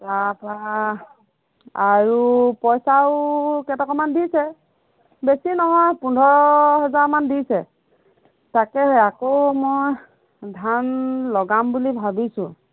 তাপা আৰু পইচাও কেইটকামান দিছে বেছি নহয় পোন্ধৰ হেজাৰমান দিছে তাকেহে আকৌ মই ধান লগাম বুলি ভাবিছোঁ